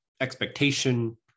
expectation